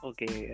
Okay